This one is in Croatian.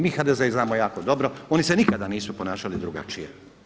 Mi HDZ znamo jako dobro, oni se nikada nisu ponašali drugačije.